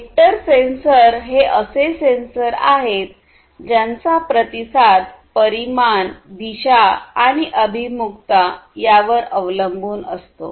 vector sensor हे असे sensors आहेत ज्यांचा प्रतिसाद परिमाण दिशा आणि अभिमुखता यावर अवलंबून असतो